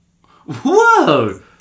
Whoa